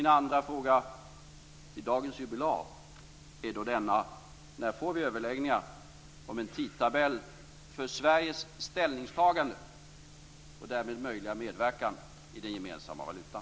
Min andra fråga till dagens jubilar är då denna: När får vi överläggningar om en tidtabell för Sveriges ställningstagande och därmed möjliga medverkan i den gemensamma valutan?